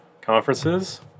conferences